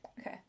okay